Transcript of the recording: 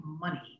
money